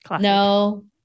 no